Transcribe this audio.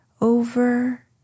over